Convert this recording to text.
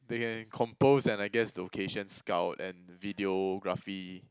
they can compose and I guess location scout and videography